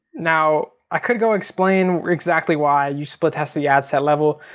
now i could go explain exactly why you split test the ad set level.